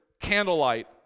candlelight